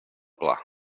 pla